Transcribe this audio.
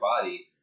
body